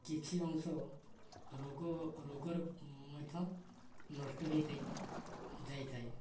କିଛି ଅଂଶ ରୋଗ ରୋଗରେ ମଧ୍ୟ ନଷ୍ଟ ହେଇଯାଇ ଯାଇଥାଏ